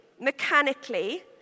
mechanically